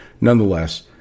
nonetheless